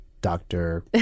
doctor